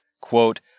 quote